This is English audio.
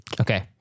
Okay